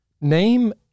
name